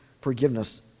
forgiveness